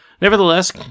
Nevertheless